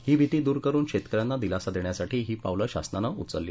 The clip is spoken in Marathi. ही भीती दूर करून शेतक यांना दिलासा देण्यासाठी ही पावलं शासनानं उचलली